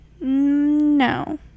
No